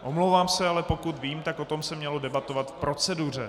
Omlouvám se, ale pokud vím, tak o tom se mělo debatovat v proceduře.